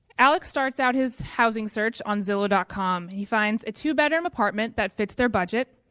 alex starts out his housing search on zilloww ah com. he finds a two-bedroom apartment that fits their budget.